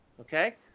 Okay